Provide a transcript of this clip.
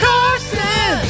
Carson